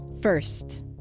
first